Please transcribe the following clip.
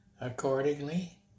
accordingly